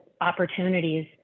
opportunities